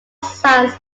sons